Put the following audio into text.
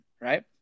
right